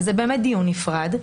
וזה באמת דיון נפרד,